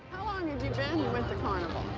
long have you been with the carnival?